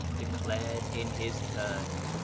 de clared, in his turn,